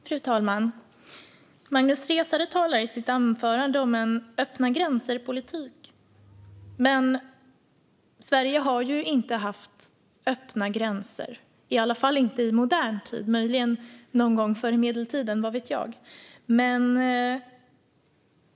Fru talman! Magnus Resare talar i sitt anförande om en öppna-gränser-politik. Men Sverige har ju inte haft öppna gränser, i alla fall inte i modern tid. Möjligen någon gång förr på medeltiden, vad vet jag.